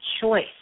choice